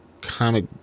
comic